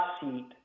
Seat